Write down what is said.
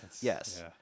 Yes